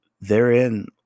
Therein